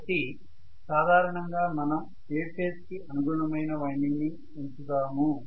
కాబట్టి సాధారణంగా మనం A ఫేజ్ కి అనుగుణమైన వైండింగ్ ని ఉంచుతాము